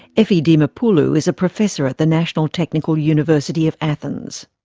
efi dimopoulou is a professor at the national technical university of athens.